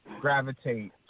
gravitate